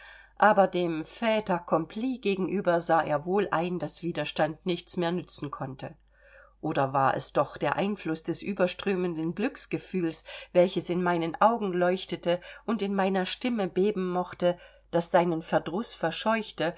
aber dem fait accompli gegenüber sah er wohl ein daß widerstand nichts mehr nützen konnte oder war es doch der einfluß des überströmenden glücksgefühls welches in meinen augen leuchten und in meiner stimme beben mochte das seinen verdruß verscheuchte